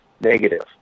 negative